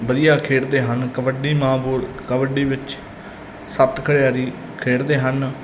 ਵਧੀਆ ਖੇਡਦੇ ਹਨ ਕਬੱਡੀ ਮਾਂ ਕਬੱਡੀ ਵਿੱਚ ਸੱਤ ਖਿਡਾਰੀ ਖੇਡਦੇ ਹਨ